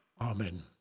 Amen